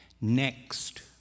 next